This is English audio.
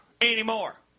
anymore